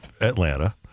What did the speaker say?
Atlanta